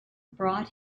brought